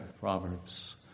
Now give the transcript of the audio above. Proverbs